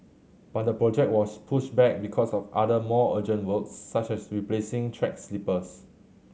but the project was pushed back because of other more urgent works such as replacing track sleepers